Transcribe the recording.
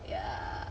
ya